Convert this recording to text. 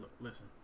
listen